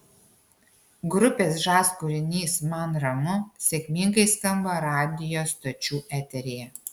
grupės žas kūrinys man ramu sėkmingai skamba radijo stočių eteryje